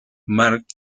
mark